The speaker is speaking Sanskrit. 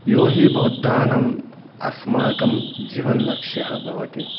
यत् हि बौद्धानाम् अस्माकं जीवनलक्ष्यं भवति